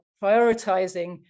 prioritizing